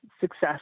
success